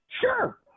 Sure